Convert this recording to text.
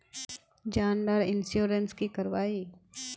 जान डार इंश्योरेंस की करवा ई?